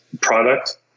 product